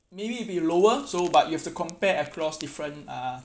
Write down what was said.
maybe it be lower so but you've to compare across different uh